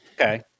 Okay